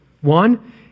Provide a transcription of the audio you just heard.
One